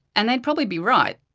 and they'd probably be right.